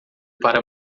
para